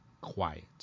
quiet